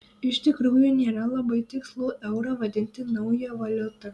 iš tikrųjų nėra labai tikslu eurą vadinti nauja valiuta